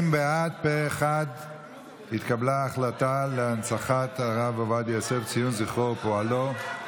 ההצעה להעביר את הצעת חוק להנצחת הרב עובדיה יוסף (ציון זכרו ופועלו),